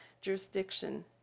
jurisdiction